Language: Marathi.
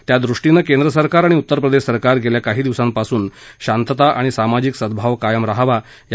त्यादृष्टीनं केंद्र सरकार आणि उत्तर प्रदेश सरकार गेल्या काही दिवसांपासून शांतता आणि सामाजिक सद्भाव कायम रहावा यासाठी उपाययोजना करत आहेत